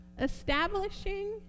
establishing